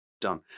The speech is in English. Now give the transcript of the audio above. done